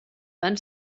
van